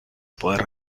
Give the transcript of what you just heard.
poder